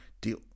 deal